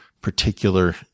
particular